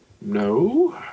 no